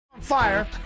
Fire